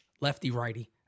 lefty-righty